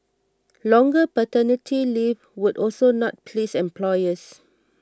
longer paternity leave would also not please employers